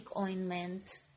ointment